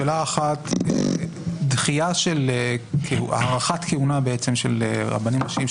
שאלה אחת: הארכת כהונה של רבנים ראשיים,